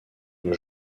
nos